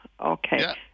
Okay